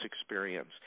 experience